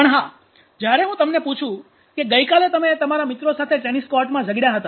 પણ હા જ્યારે હું તમને પૂછું કે ગઈકાલે તમે તમારા મિત્રો સાથે ટેનિસ કોર્ટમાં ઝગડ્યા હતા